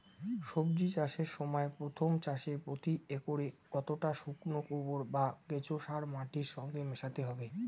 সবজি চাষের সময় প্রথম চাষে প্রতি একরে কতটা শুকনো গোবর বা কেঁচো সার মাটির সঙ্গে মেশাতে হবে?